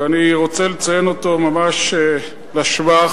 ואני רוצה לציין אותו ממש לשבח,